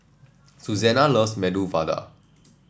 Susannah loves Medu Vada